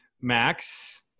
Max